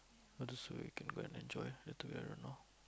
so you can go and enjoy later I don't know